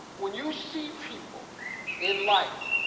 when you see people in life